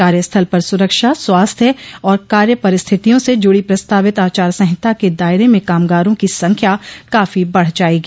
कार्यस्थल पर सुरक्षा स्वास्थ्य और कार्य परिस्थितियों से जुड़ी प्रस्तावित आचार संहिता क दायरे में कामगारों की संख्या काफी बढ़ जाएगी